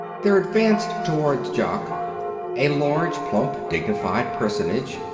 there advanced toward jock a large, plump, dignified personage,